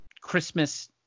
Christmas